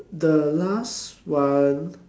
the last one